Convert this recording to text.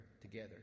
together